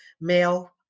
male